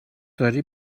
داری